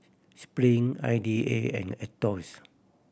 Spring I D A and Aetos